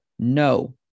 No